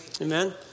Amen